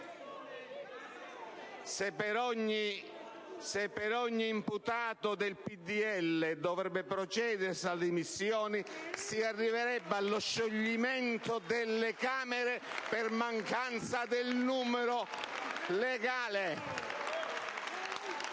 Se ogni imputato del PdL dovesse procedere alle dimissioni, si arriverebbe allo scioglimento delle Camere per mancanza del numero legale.